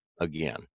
again